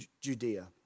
Judea